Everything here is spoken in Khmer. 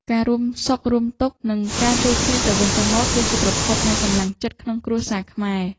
ការរួមសុខរួមទុក្ខ និងការជួយគ្នាទៅវិញទៅមក គឺជាប្រភពនៃកម្លាំងចិត្តក្នុងគ្រួសារខ្មែរ។